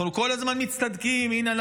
אנחנו כל הזמן מצטדקים: הינה,